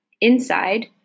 inside